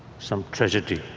some tragedy,